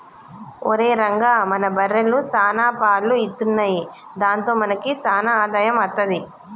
ఒరేయ్ రంగా మన బర్రెలు సాన పాలు ఇత్తున్నయ్ దాంతో మనకి సాన ఆదాయం అత్తది